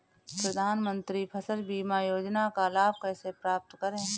प्रधानमंत्री फसल बीमा योजना का लाभ कैसे प्राप्त करें?